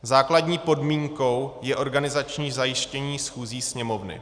Základní podmínkou je organizační zajištění schůzí Sněmovny.